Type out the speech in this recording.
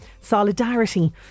solidarity